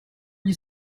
you